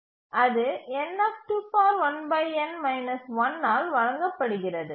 அது ஆல் வழங்கப்படுகிறது